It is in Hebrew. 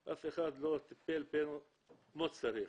אף אחד לא טיפל בנו כמו שצריך.